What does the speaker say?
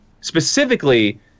specifically